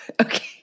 Okay